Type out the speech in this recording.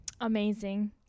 amazing